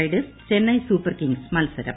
Riders Chennai Super Kings മത്സരം